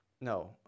No